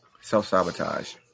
self-sabotage